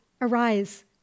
arise